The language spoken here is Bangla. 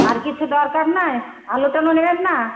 আর কিছু দরকার নায় আলু টালু নেবেন না